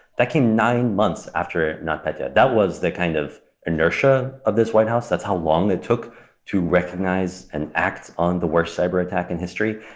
that came nine months after notpetya. that was the kind of inertia of this white house. that's how long it took to recognize an act on the worst cyber attack in history.